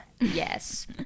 Yes